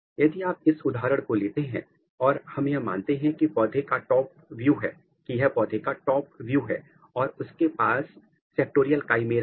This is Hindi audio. यदि आप इस उदाहरण को लेते हैं और हम यह मानते हैं क कि यह पौधे का टॉप व्यू है और उसके पास सेक्टोरियल काईमेरा है